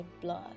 blood